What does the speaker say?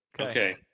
Okay